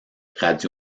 radio